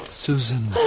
Susan